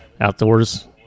outdoors